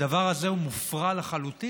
הדבר הזה הוא מופרע לחלוטין.